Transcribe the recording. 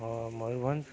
Mayurbhanj